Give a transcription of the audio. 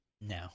No